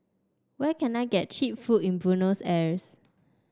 where can I get cheap food in Buenos Aires